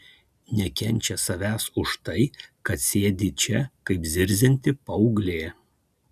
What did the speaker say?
nekenčia savęs už tai kad sėdi čia kaip zirzianti paauglė